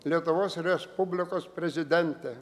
lietuvos respublikos prezidente